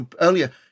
earlier